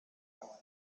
par